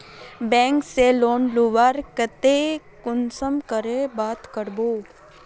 Bank से loan लुबार केते कुंसम करे बात करबो?